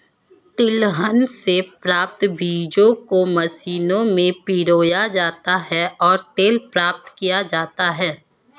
तिलहन से प्राप्त बीजों को मशीनों में पिरोया जाता है और तेल प्राप्त किया जाता है